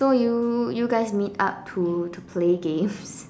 so you you guys meet up to to play games